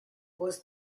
was